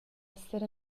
esser